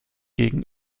gegen